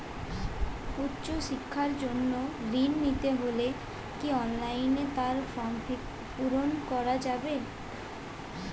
উচ্চশিক্ষার জন্য ঋণ নিতে হলে কি অনলাইনে তার ফর্ম পূরণ করা যাবে?